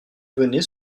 venez